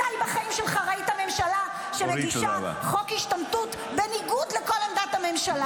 מתי בחיים שלך ראית ממשלה שמגישה חוק השתמטות בניגוד לכל עמדת הממשלה?